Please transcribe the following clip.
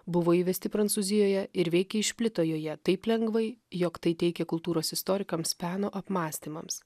buvo įvesti prancūzijoje ir veikiai išplito joje taip lengvai jog tai teikė kultūros istorikams peno apmąstymams